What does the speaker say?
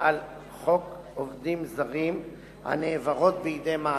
על חוק עובדים זרים הנעברות בידי מעסיקים.